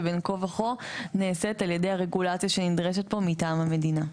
שבין כה וכה נעשית על ידי הרגולציה שנדרשת פה מטעם המדינה.